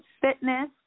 Fitness